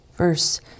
Verse